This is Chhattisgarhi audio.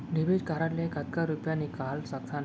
डेबिट कारड ले कतका रुपिया निकाल सकथन?